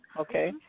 Okay